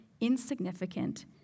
insignificant